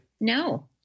No